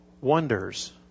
wonders